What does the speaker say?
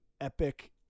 epic